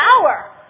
power